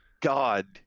god